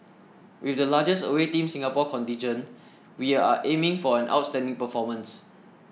with the largest away Team Singapore contingent we are aiming for an outstanding performance